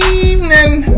evening